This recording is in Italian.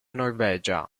norvegia